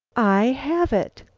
i have it!